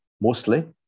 mostly